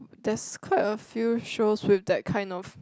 there's quite a few shows with that kind of